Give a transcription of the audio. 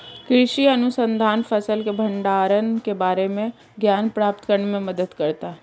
कृषि अनुसंधान फसल के भंडारण के बारे में ज्ञान प्राप्त करने में मदद करता है